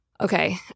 Okay